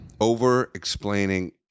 over-explaining